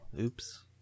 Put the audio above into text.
Oops